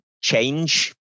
change